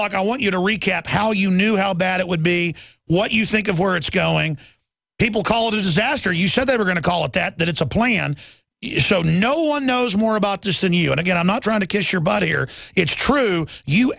block i want you to recap how you knew how bad it would be what you think of where it's going people call it a disaster you said they were going to call it that that it's a plan it's so no one knows more about this than you and again i'm not trying to kiss your buddy here it's true you